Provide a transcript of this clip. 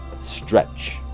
stretch